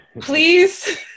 Please